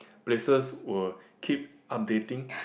places will keep updating